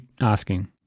asking